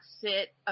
sit –